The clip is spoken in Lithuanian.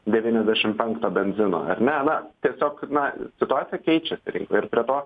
devyniasdešim penkto benzino ar nena tiesiog na situacija keičiasi rinkoj ir prie to